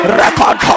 record